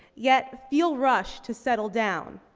yet feel rushed to settle down.